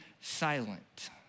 silent